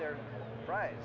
there right